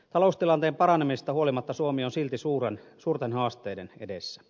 taloustilanteen paranemisesta huolimatta suomi on suurten haasteiden edessä